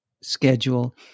schedule